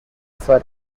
for